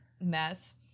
mess